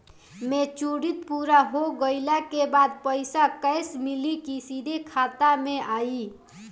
Maturity पूरा हो गइला के बाद पईसा कैश मिली की सीधे खाता में आई?